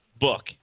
book